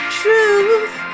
truth